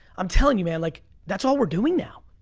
i'm telling you, man, like that's all we're doing now.